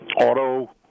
auto